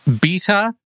beta